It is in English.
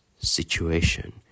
situation